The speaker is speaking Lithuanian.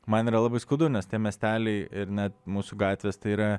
man yra labai skaudu nes tie miesteliai ir net mūsų gatvės tai yra